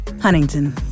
Huntington